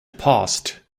passed